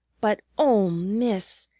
but oh, miss!